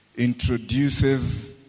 introduces